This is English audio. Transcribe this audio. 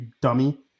dummy